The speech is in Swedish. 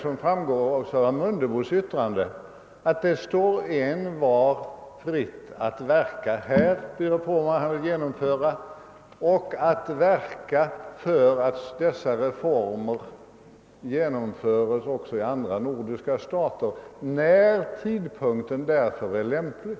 Som framgick av herr Mundebos yttrande står det envar fritt att verka för att dessa reformer genomförs också i andra nordiska stater, när tidpunkten därför är lämplig.